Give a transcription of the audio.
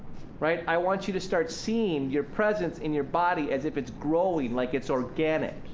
right? i want you to start seeing your presence in your body as if it's growing, like it's organic